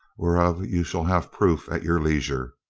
whereof you shall have proof at your leisure.